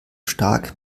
stark